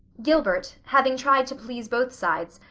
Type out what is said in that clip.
gilbert, having tried to please both sides,